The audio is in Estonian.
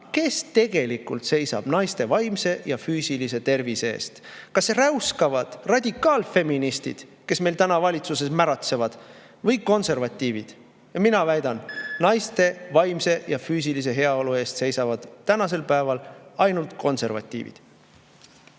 kes tegelikult seisavad naiste vaimse ja füüsilise tervise eest? Kas need on räuskavad radikaalfeministid, kes meil täna valitsuses märatsevad, või konservatiivid? Ja mina väidan: naiste vaimse ja füüsilise heaolu eest seisavad tänasel päeval ainult konservatiivid.